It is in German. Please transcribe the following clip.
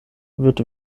wird